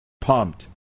pumped